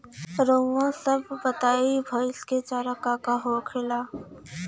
रउआ सभ बताई भईस क चारा का का होखेला?